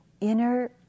inner